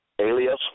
alias